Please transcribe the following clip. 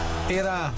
era